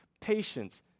patience